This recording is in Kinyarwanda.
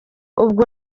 ubwo